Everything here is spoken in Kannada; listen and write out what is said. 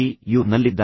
ಯು ನಲ್ಲಿದ್ದಾನೆ